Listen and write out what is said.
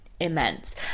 immense